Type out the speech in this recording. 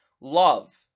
Love